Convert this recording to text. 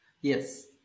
Yes